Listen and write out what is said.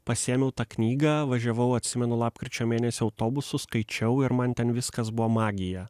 pasiėmiau tą knygą važiavau atsimenu lapkričio mėnesį autobusu skaičiau ir man ten viskas buvo magija